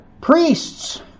priests